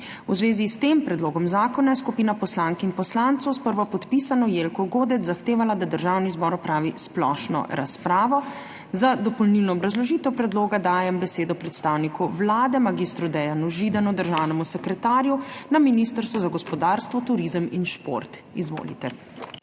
V zvezi s tem predlogom zakona je skupina poslank in poslancev s prvopodpisano Jelko Godec zahtevala, da Državni zbor opravi splošno razpravo. Za dopolnilno obrazložitev predloga dajem besedo predstavniku Vlade mag. Dejanu Židanu, državnemu sekretarju Ministrstva za gospodarstvo, turizem in šport. Izvolite.